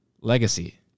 legacy